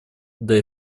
для